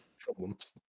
Problems